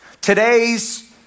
Today's